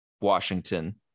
Washington